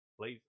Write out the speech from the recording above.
please